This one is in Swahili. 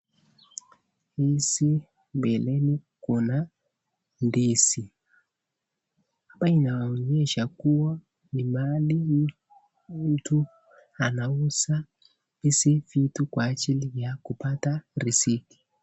Hizi mbeleni kuna ndizi. Hapa inaonyesha kuwa ni mahali mtu anauza hizi vitu kwa ajili ya kupata risiki.